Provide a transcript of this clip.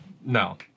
No